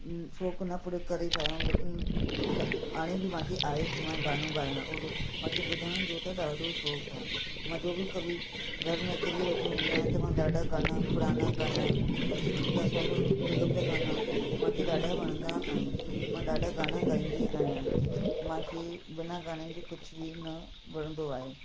शौंक़ु न पूरो करे पाइम लेकिन हाणे बि मूंखे आहे की मां गानो गाया और मूंखे ॿुधण जो त ॾाढो शौंक़ु आहे मुंहिंजो बि कबी घर में अकेली वेठी हूंदी आं त मां ॾाढा गाना पुराणा गाना या सोनू निगम जा गाना मूंखे ॾाढा वणंदा आहिनि मां ॾाढा गाना गाईंदी आहियां मूंखे बिना गाननि जे कुझु बि न वणंदो आहे